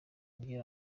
byera